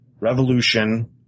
Revolution